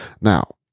Now